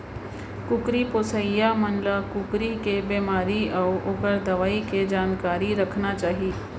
कुकरी पोसइया मन ल कुकरी के बेमारी अउ ओकर दवई के जानकारी रखना चाही